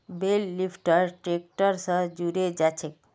बेल लिफ्टर ट्रैक्टर स जुड़े जाछेक